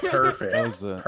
perfect